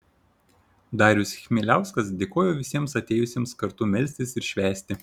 darius chmieliauskas dėkojo visiems atėjusiems kartu melstis ir švęsti